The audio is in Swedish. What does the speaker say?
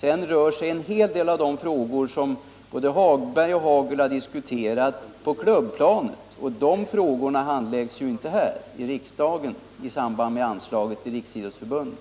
En hel del av de frågor som både Lars-Ove Hagberg och Rolf Hagel har diskuterat ligger på klubbplanet, och sådana skall ju inte handläggas här i riksdagen i samband med anslaget till Riksidrottsförbundet.